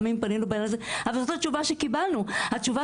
אנחנו לפחות חמש פעמים פנינו וזאת התשובה שקיבלנו מהעירייה,